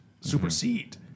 supersede